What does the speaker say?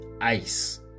ice